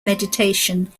meditation